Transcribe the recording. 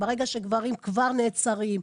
ברגע שגברים כבר נעצרים,